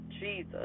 Jesus